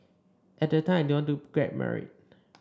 at that time I didn't want to get married